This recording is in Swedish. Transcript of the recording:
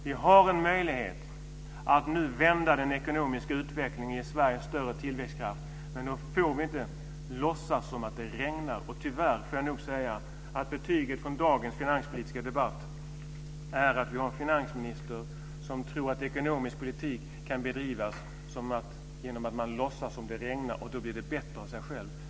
Vi har en möjlighet att nu vända den ekonomiska utvecklingen i Sverige och ge större tillväxtkraft, men då får vi inte låtsas som om det regnar. Tyvärr får jag säga att betyget från dagens finanspolitiska debatt är att vi har en finansminister som tror att ekonomisk politik kan bedrivas genom att låtsas som om det regnar. Då blir det bättre av sig självt.